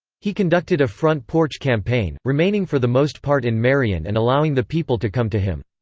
he conducted a front porch campaign, remaining for the most part in marion and allowing the people to come to him.